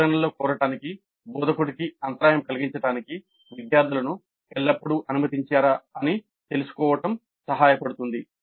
వివరణలను కోరడానికి బోధకుడికి అంతరాయం కలిగించడానికి విద్యార్థులను ఎల్లప్పుడూ అనుమతించారా అని తెలుసుకోవడం సహాయపడుతుంది